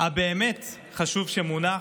הבאמת-חשוב שמונח,